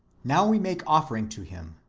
now we make offering to him,